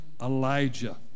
Elijah